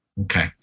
Okay